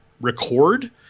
record